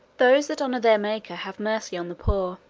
those that honour their maker have mercy on the poor